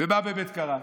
ומה באמת קרה?